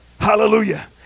Hallelujah